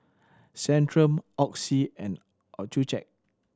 Centrum Oxy and Accucheck